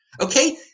Okay